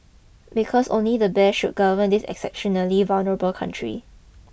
because only the best should govern this exceptionally vulnerable country